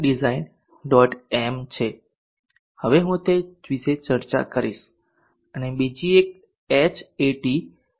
m છે હવે હું તે વિશે ચર્ચા કરીશ અને બીજી એક Hat એસ્ટિમેશન